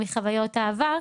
מחוויות העבר,